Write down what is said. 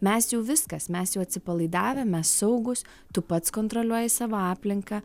mes jau viskas mes jau atsipalaidavę mes saugūs tu pats kontroliuoji savo aplinką